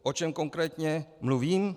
O čem konkrétně mluvím?